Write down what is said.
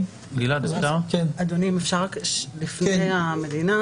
זה קשר שאנחנו רוצים לשקם ולא בן-אדם ששיש אתו קשר חד-פעמי וזהו,